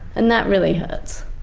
and that really hurts.